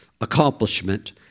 accomplishment